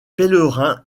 pèlerins